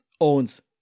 owns